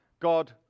God